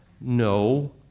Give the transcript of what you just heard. no